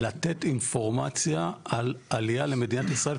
לתת אינפורמציה על עלייה למדינת ישראל,